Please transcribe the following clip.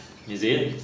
is it